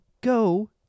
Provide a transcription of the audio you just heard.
go